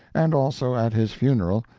and also at his funeral,